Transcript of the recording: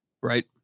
Right